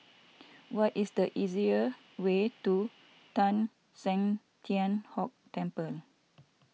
what is the easier way to Teng San Tian Hock Temple